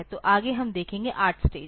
तो आगे हम देखेंगे 8 स्टेज